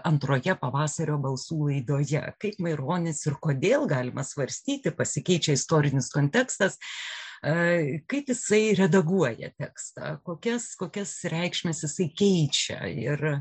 antroje pavasario balsų laidoje kaip maironis ir kodėl galima svarstyti pasikeičia istorinis kontekstas kaip jisai redaguoja tekstą kokias kokias reikšmes jisai keičia ir